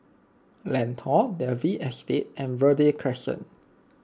Lentor Dalvey Estate and Verde Crescent